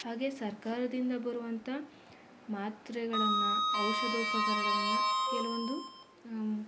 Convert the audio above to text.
ಹಾಗೆ ಸರ್ಕಾರದಿಂದ ಬರುವಂಥ ಮಾತ್ರೆಗಳನ್ನು ಔಷಧೋಪಕರಣಗಳನ್ನ ಕೆಲವೊಂದು